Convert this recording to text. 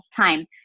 time